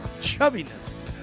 chubbiness